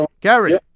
Gary